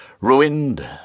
ruined